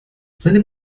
seine